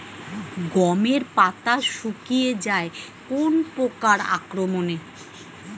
গমের পাতা শুকিয়ে যায় কোন পোকার আক্রমনে?